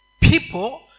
people